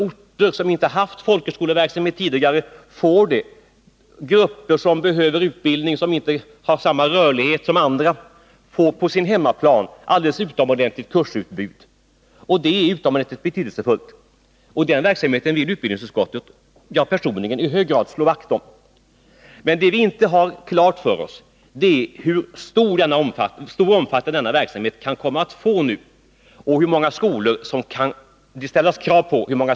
Detta betyder t.ex. att grupper som behöver utbildning men inte har samma rörlighet som andra kan få kursutbud på hemmaplan. Det är utomordentligt betydelsefullt. Den verksamheten vill jag personligen slå vakt om. Men vad vi inte har klart för oss är vilken omfattning denna verksamhet kan komma att få och hur många nya skolor det kan ställas krav på.